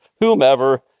whomever